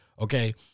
okay